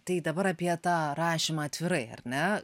tai dabar apie tą rašymą atvirai ar ne